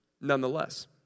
nonetheless